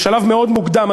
בשלב מאוד מוקדם,